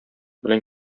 белән